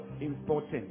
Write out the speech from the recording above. important